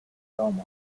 dumont